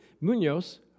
Munoz